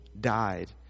died